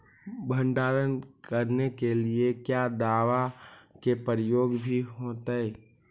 भंडारन करने के लिय क्या दाबा के प्रयोग भी होयतय?